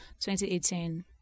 2018